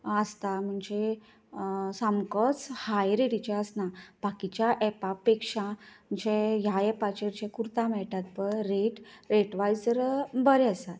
आसता म्हणजे सामकोच हाय रेटीच्यो आसना बाकीच्यो एपा पेक्षा जे ह्या एपाचेर जे कुरता मेळटा पळय रेट रेट वायज बरे आसा